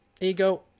Ego